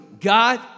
God